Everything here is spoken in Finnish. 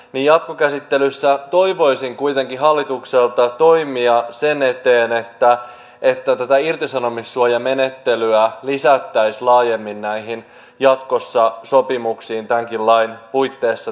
jatkokäsittelyssä toivoisin kuitenkin hallitukselta toimia sen eteen että tätä irtisanomissuojamenettelyä lisättäisiin jatkossa laajemmin näihin sopimuksiin tämänkin lain puitteissa tuleviin